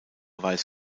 weiß